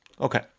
Okay